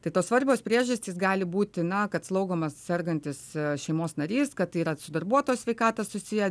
tai tos svarbios priežastys gali būti na kad slaugomas sergantis šeimos narys kad yra su darbuotojo sveikata susiję